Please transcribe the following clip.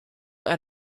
out